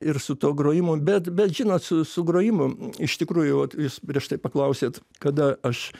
ir su tuo grojimu bet bet žinot su su grojimu iš tikrųjų vat jūs prieš tai paklausėt kada aš